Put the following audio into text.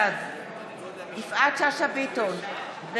בעד יפעת שאשא ביטון,